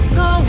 go